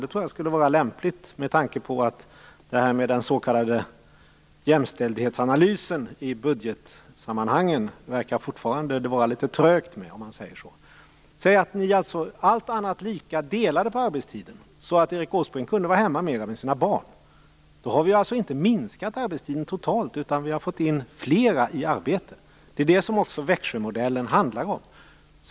Det tror jag skulle vara lämpligt med tanke på att det fortfarande verkar vara litet trögt, om man säger så, med den s.k. jämställdhetsanalysen i budgetsammanhang. Säg att ni delade lika på arbetstiden, så att Erik Åsbrink kunde vara hemma mer med sina barn. Då har vi inte minskat arbetstiden totalt, utan vi har fått in fler i arbete. Det är det Växjömodellen handlar om.